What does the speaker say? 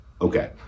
Okay